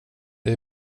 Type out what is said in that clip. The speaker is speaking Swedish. det